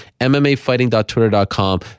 MMAfighting.twitter.com